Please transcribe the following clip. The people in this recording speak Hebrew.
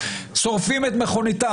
שורפים את מכוניתם.